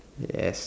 yes